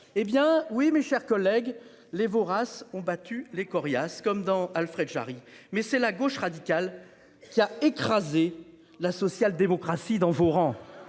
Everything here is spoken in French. Eh bien oui, mes chers collègues, les voraces ont battu les coriaces comme dans Alfred Jarry. Mais c'est la gauche radicale, qui a écrasé la social-démocratie dans vos rangs.